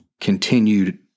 continued